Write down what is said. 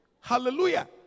Hallelujah